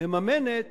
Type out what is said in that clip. מממנת